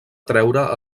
atreure